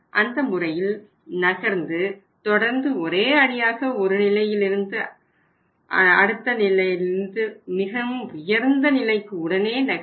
அந்த முறையில் நகர்ந்து தொடர்ந்து ஒரேயடியாக ஒரு நிலையிலிருந்து அந்த நிலையிலிருந்து மிகவும் உயர்ந்த நிலைக்கு உடனே நகரவில்லை